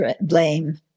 blame